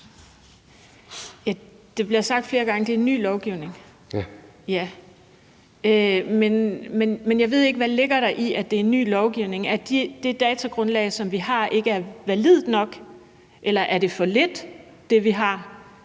Det bliver sagt flere gange, at det er en ny lovgivning. Ja, men jeg ved ikke, hvad der ligger i, at det er en ny lovgivning. Er det, at det datagrundlag, vi har, ikke er validt nok? Eller er det, vi har,